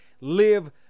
live